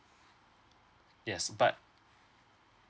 yes but